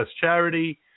charity